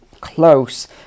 close